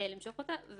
למשוך אותה.